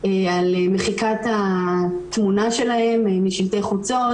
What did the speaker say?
על מחיקת התמונה שלהן משלטי חוצות,